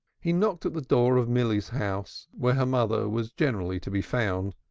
he knocked at the door of milly's house where her mother was generally to be found,